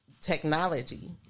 technology